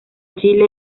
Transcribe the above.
chile